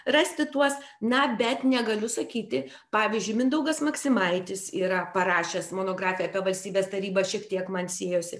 rasti tuos na bet negaliu sakyti pavyzdžiui mindaugas maksimaitis yra parašęs monografiją apie valstybės tarybą šiek tiek man siejosi